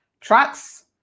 Trucks